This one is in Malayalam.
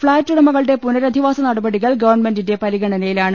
ഫ്ളാറ്റുടമകളുടെ പുനരധിവാസ നടപടികൾ ഗവൺമെന്റിന്റെ പരിഗണനയിലാണ്